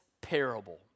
parable